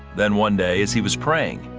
then, one day, as he was praying,